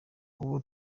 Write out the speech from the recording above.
ubu